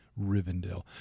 Rivendell